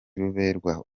ruberwa